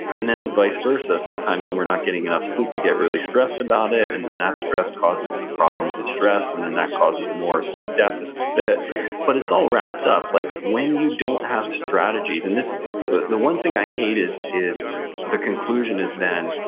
and then vice versa. sometimes when we're not getting enough sleep, we get really stressed about it, and then that stress causes the problems of stress, and then that causes more sleep deficit. but it's all wrapped up. like when you don't have strategies, and the the one thing i hate is is the conclusion is then,